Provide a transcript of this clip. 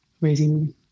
raising